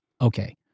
Okay